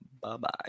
Bye-bye